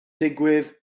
digwydd